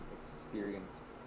experienced